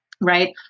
Right